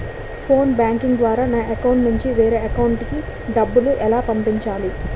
Phone banking ద్వారా నా account నుంచి వేరే అకౌంట్ లోకి డబ్బులు ఎలా పంపించాలి?